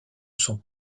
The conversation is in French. sont